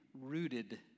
rooted